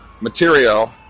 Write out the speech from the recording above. material